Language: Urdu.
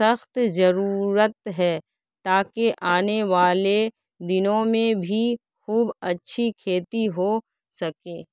سخت ضرورت ہے تا کہ آنے والے دنوں میں بھی خوب اچّّھی کھیتی ہو سکے